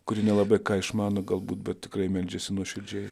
kuri nelabai ką išmano galbūt bet tikrai meldžiasi nuoširdžiai